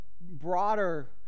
broader